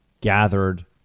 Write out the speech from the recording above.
gathered